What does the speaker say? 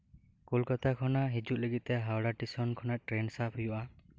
ᱠᱳᱞᱠᱟᱛᱟ ᱠᱷᱚᱱᱟᱜ ᱦᱤᱡᱩᱜ ᱞᱟᱹᱜᱤᱫ ᱛᱮ ᱦᱟᱣᱲᱟ ᱴᱮᱥᱚᱱ ᱠᱷᱚᱱᱟᱜ ᱴᱨᱮᱱ ᱥᱟᱵ ᱦᱩᱭᱩᱜᱼᱟ